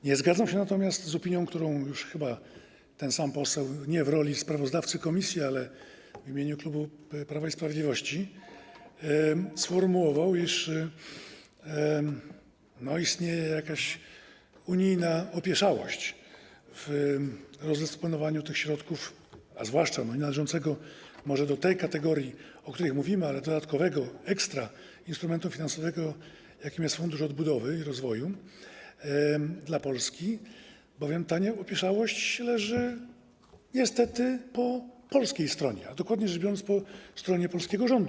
Nie zgadzam się natomiast z opinią, którą chyba ten sam poseł nie w roli sprawozdawcy komisji, ale w imieniu klubu Prawa i Sprawiedliwości sformułował, iż istnieje jakaś unijna opieszałość w rozdysponowaniu tych środków, a zwłaszcza nienależącego może do tej kategorii, o której mówimy, ale dodatkowego ekstrainstrumentu finansowego, jakim jest fundusz odbudowy i rozwoju dla Polski, bowiem ta opieszałość leży niestety po polskiej stronie, a dokładnie rzecz biorąc, po stronie polskiego rządu.